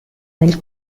nel